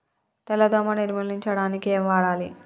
తెల్ల దోమ నిర్ములించడానికి ఏం వాడాలి?